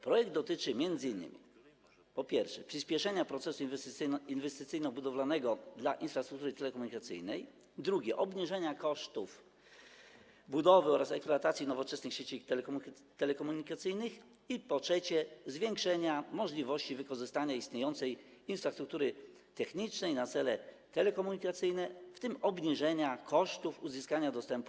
Projekt dotyczy m.in., po pierwsze, przyspieszenia procesu inwestycyjno-budowlanego dla infrastruktury telekomunikacyjnej, po drugie, obniżenia kosztów budowy oraz eksploatacji nowoczesnych sieci telekomunikacyjnych, po trzecie, zwiększenia możliwości wykorzystania istniejącej infrastruktury technicznej na cele telekomunikacyjne, w tym obniżenia kosztów uzyskania dostępu.